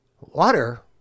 Water